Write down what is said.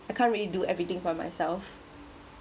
I can't really do everything by myself